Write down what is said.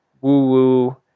woo-woo